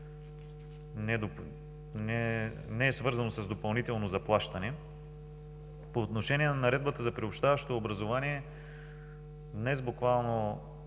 не е свързано с допълнително заплащане. По отношение на Наредбата за приобщаващото образование – днес проверих